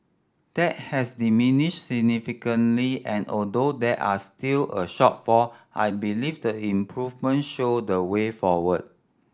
that has diminished significantly and although there are still a shortfall I believe the improvement show the way forward